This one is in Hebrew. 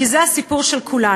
כי זה הסיפור של כולנו.